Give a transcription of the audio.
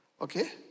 okay